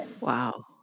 Wow